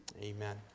Amen